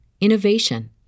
innovation